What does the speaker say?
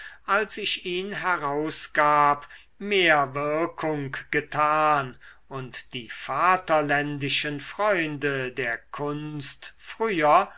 als ich ihn herausgab mehr wirkung getan und die vaterländischen freunde der kunst früher